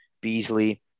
Beasley